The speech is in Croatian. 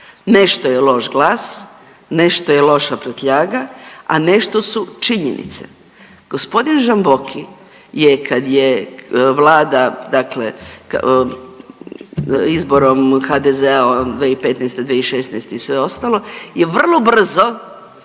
Nešto je loš glas, nešto je loša prtljaga, a nešto su činjenice. G. Žamboki je kad je Vlada dakle, izborom HDZ-a 2015./2016. i sve ostalo je vrlo brzo